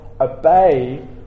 obey